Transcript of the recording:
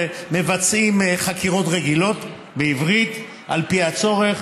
מבצעים חקירות רגילות בעברית על פי הצורך.